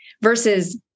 versus